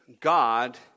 God